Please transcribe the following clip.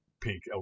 pink